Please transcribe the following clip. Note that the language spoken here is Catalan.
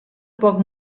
poc